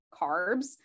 carbs